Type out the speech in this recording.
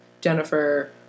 jennifer